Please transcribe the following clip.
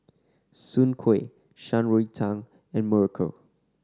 Soon Kuih Shan Rui Tang and muruku